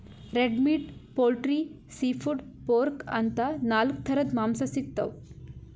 red meat, poultry, seafood, pork ಅಂತಾ ನಾಲ್ಕ್ ಥರದ್ ಮಾಂಸಾ ಸಿಗ್ತವ್